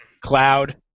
Cloud